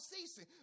ceasing